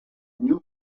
new